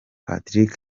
patrick